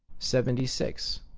seventy six.